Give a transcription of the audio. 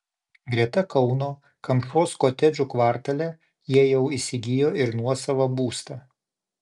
greta kauno kamšos kotedžų kvartale jie jau įsigijo ir nuosavą būstą